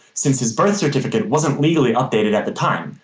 since his birth certificate wasn't legally updated at the time,